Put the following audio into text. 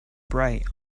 bright